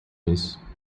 isso